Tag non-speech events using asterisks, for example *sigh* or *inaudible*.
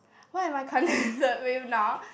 what am I contented *laughs* with now